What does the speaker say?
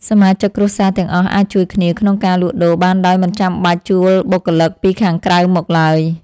សមាជិកគ្រួសារទាំងអស់អាចជួយគ្នាក្នុងការលក់ដូរបានដោយមិនចាំបាច់ជួលបុគ្គលិកពីខាងក្រៅមកឡើយ។